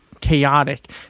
chaotic